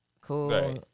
cool